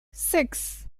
six